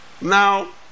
Now